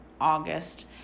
August